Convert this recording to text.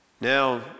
Now